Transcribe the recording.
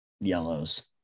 yellows